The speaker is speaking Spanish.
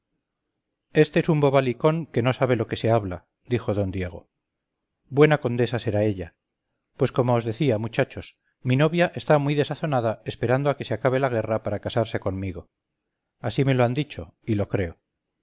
este es un bobalicón que no sabe lo que se habla dijo d diego buena condesa será ella pues como os decía muchachos mi novia está muy desazonada esperando a que se acabe la guerra para casarse conmigo así me lo han dicho y lo creo